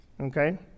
Okay